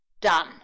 done